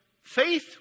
faith